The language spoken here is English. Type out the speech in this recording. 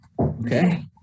Okay